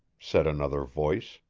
said another voice,